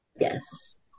Yes